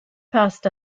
passed